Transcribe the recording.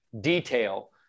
detail